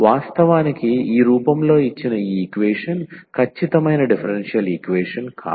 వాస్తవానికి ఈ రూపంలో ఇచ్చిన ఈ ఈక్వేషన్ ఖచ్చితమైన డిఫరెన్షియల్ ఈక్వేషన్ కాదు